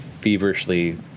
feverishly